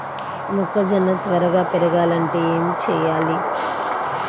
మొక్కజోన్న త్వరగా పెరగాలంటే ఏమి చెయ్యాలి?